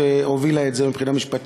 שהובילה את זה מבחינה משפטית,